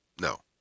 No